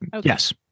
yes